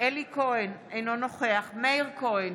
אלי כהן, אינו נוכח מאיר כהן,